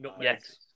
Yes